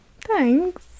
Thanks